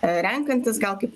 renkantis gal kaip